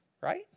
right